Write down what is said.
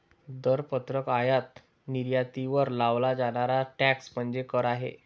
दरपत्रक आयात निर्यातीवर लावला जाणारा टॅक्स म्हणजे कर आहे